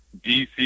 DC